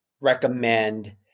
recommend